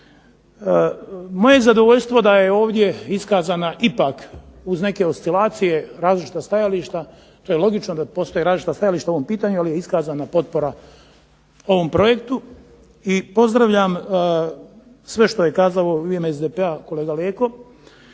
Moje zadovoljstvo da je ovdje iskazana uz neke oscilacije različita stajališta, to je logično da postoje različita stajališta u ovom pitanju ali je iskazana potpora ovom projektu i pozdravljam sve što je kazao u ime SDP-a kolega Leko,